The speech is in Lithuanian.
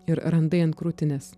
ir randai ant krūtinės